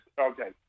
okay